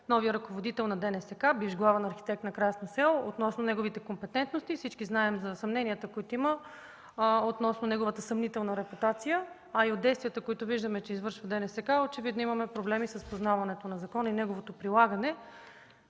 новия ръководител на ДНСК, бивш главен архитект на „Красно село”, относно неговите компетентности. Всички знаем за опасенията, които има относно неговата съмнителна репутация. А и от действията, които виждаме, че извършва ДНСК, очевидно имаме проблеми с познаването на закона и неговото прилагане.